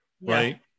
right